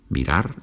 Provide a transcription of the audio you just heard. Mirar